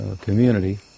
community